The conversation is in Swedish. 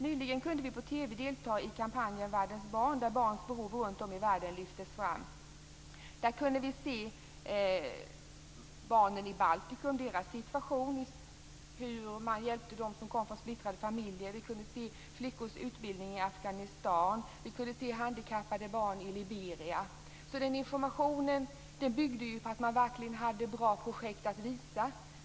Nyligen kunde vi på TV delta i kampanjen Världens barn, där barns behov runt om i världen lyftes fram. Vi kunde där se situationen för barnen i Baltikum. Det visades hur man hjälper dem som kommer från splittrade familjer. Vi kunde se flickors utbildning i Afghanistan och handikappade barn i Liberia. Informationen byggde på att man verkligen hade bra projekt att visa.